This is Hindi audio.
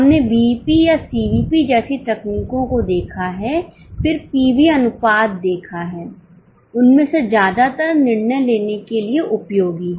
हमने बीईपी देखा है उनमें से ज्यादातर निर्णय लेने के लिए उपयोगी हैं